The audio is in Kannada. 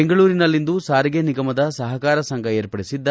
ಬೆಂಗಳೂರಿನಲ್ಲಿಂದು ಸಾರಿಗೆ ನಿಗಮದ ಸಹಕಾರ ಸಂಘ ಏರ್ಪಡಿಸಿದ್ದ